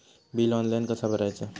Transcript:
Bill online कसा भरायचा?